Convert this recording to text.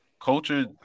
culture